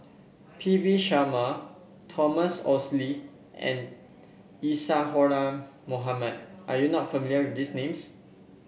P V Sharma Thomas Oxley and Isadhora Mohamed are you not familiar with these names